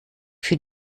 für